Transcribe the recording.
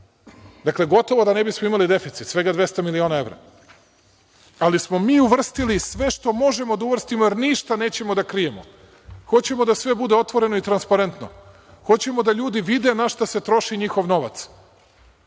gotovo da ne bismo imali deficit, svega 200 miliona evra, ali smo mi uvrstili sve što možemo da uvrstimo, jer ništa nećemo da krijemo. Hoćemo da sve bude otvoreno i transparentno. Hoćemo da ljudi vide na šta se troši njihov novac.